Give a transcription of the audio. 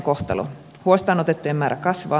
huostaan otettujen määrä kasvaa